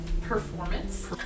performance